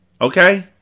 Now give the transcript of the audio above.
Okay